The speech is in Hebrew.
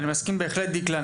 אני מסכים בהחלט, דקלה.